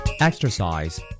Exercise